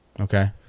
Okay